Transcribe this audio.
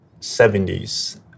70s